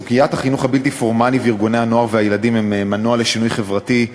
החינוך הבלתי-פורמלי וארגוני הנוער והילדים הם מנוע לשינוי חברתי,